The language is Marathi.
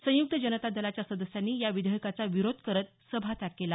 संयुक्त जनता दलाच्या सदस्यांनी या विधेयकाचा विरोध करत सभात्याग केला